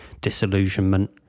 disillusionment